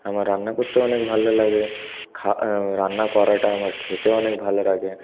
আমার রান্না করতে অনেক ভালো লাগে রান্না করাটা আমার খেতে অনেক ভালো লাগে